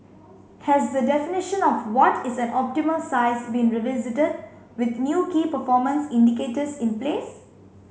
has the definition of what is an optimal size been revisited with new key performance indicators in place